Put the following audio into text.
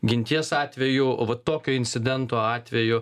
ginties atveju o va tokio incidento atveju